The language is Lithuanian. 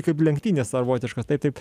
kaip lenktynės savotiškos taip taip